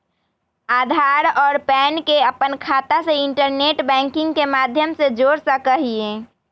आधार और पैन के अपन खाता से इंटरनेट बैंकिंग के माध्यम से जोड़ सका हियी